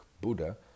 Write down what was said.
Buddha